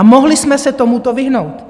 Mohli jsme se tomuto vyhnout.